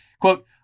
Quote